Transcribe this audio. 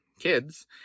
kids